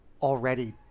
already